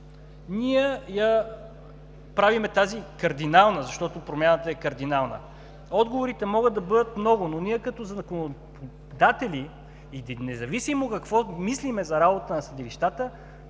ние правим тази кардинална, защото промяната е кардинална. Отговорите могат да бъдат много, но ние като законодатели и независимо какво мислим за работата на съдилищата,